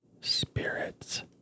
spirits